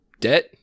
debt